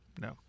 No